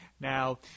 Now